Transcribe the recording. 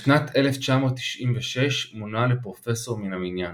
בשנת 1996 מונה לפרופסור מן המניין.